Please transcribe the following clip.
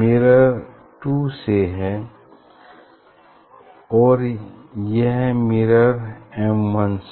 mirror two से है और यह मिरर एम वन से